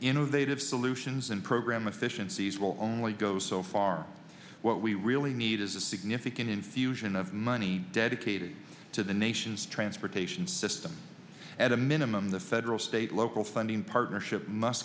innovative solutions and program efficiencies will only go so far what we really need is a significant infusion of money dedicated to the nation's transportation system at a minimum the federal state local funding partnership must